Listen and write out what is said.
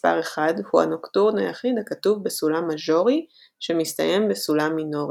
מספר 1 הוא הנוקטורן היחיד הכתוב בסולם מז'ורי שמסתיים בסולם מינורי,